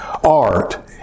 art